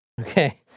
Okay